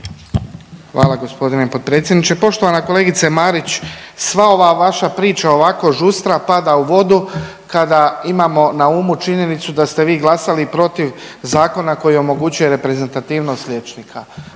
Hvala gospodine potpredsjedniče. Poštovana kolegice Marić, sva ova vaša priča ovako žustra pada u vodu kada imamo na umu činjenicu da ste vi glasali protiv zakona koji omogućuje reprezentativnost liječnika.